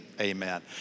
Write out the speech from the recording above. amen